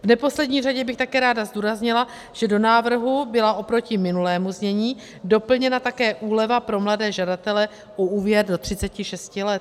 V neposlední řadě bych také ráda zdůraznila, že do návrhu byla oproti minulému znění doplněna také úleva pro mladé žadatele o úvěr do 36 let.